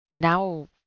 now